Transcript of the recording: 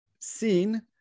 seen